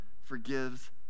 forgives